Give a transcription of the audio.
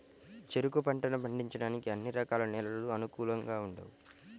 చెరుకు పంటను పండించడానికి అన్ని రకాల నేలలు అనుకూలంగా ఉండవు